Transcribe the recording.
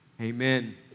amen